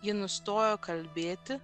ji nustojo kalbėti